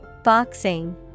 Boxing